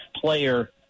player